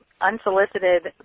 unsolicited